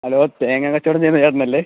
hello തേങ്ങ കച്ചവടം ചെയ്യുന്ന ചേട്ടൻ അല്ലേ